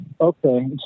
Okay